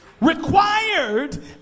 required